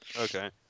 Okay